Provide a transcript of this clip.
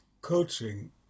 coaching